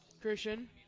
Christian